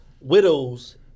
Widows